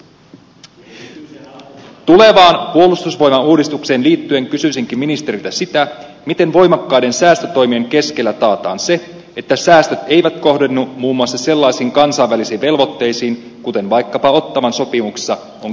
tulevaan puolustusvoimauudistukseen liittyen kysyisinkin ministeriltä sitä miten voimakkaiden säästötoimien keskellä taataan se että säästöt eivät kohdennu muun muassa sellaisiin kansainvälisiin velvoitteisiin kuten vaikkapa ottawan sopimuksessa on kirjattu